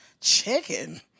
Chicken